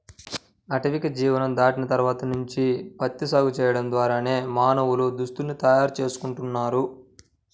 ఆటవిక జీవనం దాటిన తర్వాత నుంచి ప్రత్తి సాగు చేయడం ద్వారానే మానవులు దుస్తుల్ని తయారు చేసుకుంటున్నారు